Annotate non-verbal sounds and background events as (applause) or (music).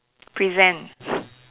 present (breath)